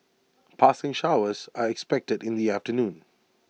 passing showers are expected in the afternoon